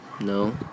No